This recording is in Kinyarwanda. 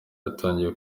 yatangiye